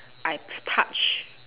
I touch